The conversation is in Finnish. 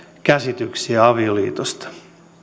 käsityksiä avioliitosta